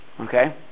Okay